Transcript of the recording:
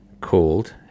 called